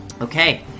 Okay